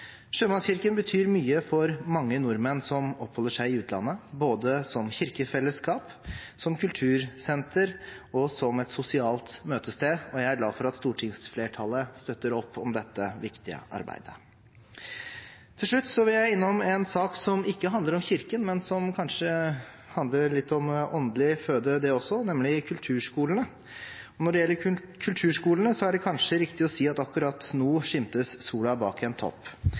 betyr mye for mange nordmenn som oppholder seg i utlandet, både som kirkefellesskap, som kultursenter og som et sosialt møtested, og jeg er glad for at stortingsflertallet støtter opp om dette viktige arbeidet. Til slutt vil jeg innom en sak som ikke handler om Kirken, men som kanskje handler litt om åndelig føde, det også, nemlig kulturskolene. Når det gjelder kulturskolene, er det kanskje riktig å si at akkurat nå skimtes sola bak en topp,